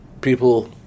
people